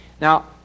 Now